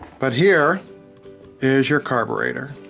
but here is your carburetor.